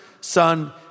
Son